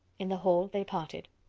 in the hall they parted.